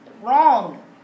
wrong